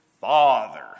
Father